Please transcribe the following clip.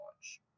watch